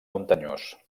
muntanyós